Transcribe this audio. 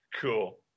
Cool